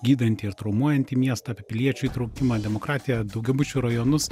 gydantį ir traumuojantį miestą apie piliečių įtraukimą demokratiją daugiabučių rajonus